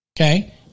Okay